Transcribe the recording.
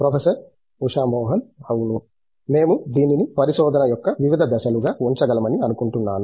professor Usha Mohan అవును మేము దీనిని పరిశోధన యొక్క వివిధ దశలుగా ఉంచగలమని అనుకుంటున్నాను